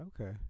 Okay